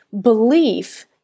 belief